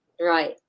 Right